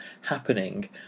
happening